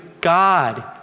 God